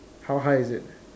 how high is it